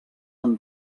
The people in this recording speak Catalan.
han